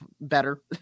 better